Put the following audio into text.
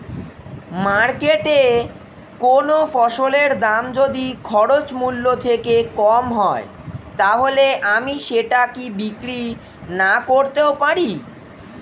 মার্কেটৈ কোন ফসলের দাম যদি খরচ মূল্য থেকে কম হয় তাহলে আমি সেটা কি বিক্রি নাকরতেও পারি?